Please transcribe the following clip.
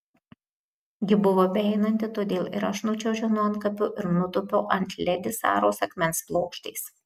ji buvo beeinanti todėl ir aš nučiuožiau nuo antkapio ir nutūpiau ant ledi saros akmens plokštės